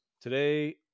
Today –